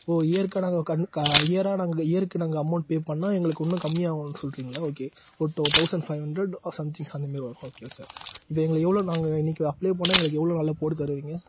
ஓ இயருக்கான கணக்கா இயரா நாங்கள் இயருக்கு நாங்கள் அமௌன்ட் பே பண்ணால் எங்களுக்கு இன்னும் கம்மியாவுன்னு சொல்றிங்களா okay thousand five hundred or somethings அந்த மாரி வரும் ஓகே சார் இப்போ எங்களுக்கு எவ்வளோ நாங்கள் இன்னைக்கு அப்ளை பண்ணால் எங்களுக்கு எவ்வளோ நாளில் போட்டு தருவீங்க